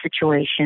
situation